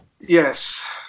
Yes